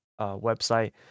website